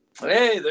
Hey